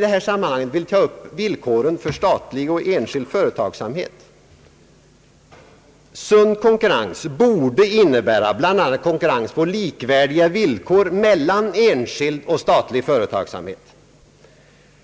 I detta sammanhang vill jag ta upp Sund konkurrens borde innebära bl.a. konkurrens på lika villkor mellan enskild och statlig företagsamhet.